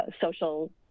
social